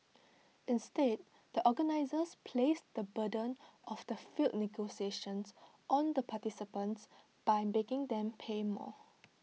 instead the organisers placed the burden of the failed negotiations on the participants by making them pay more